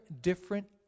different